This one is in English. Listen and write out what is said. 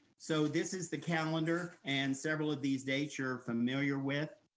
so this is the calendar and several of these dates you're familiar with.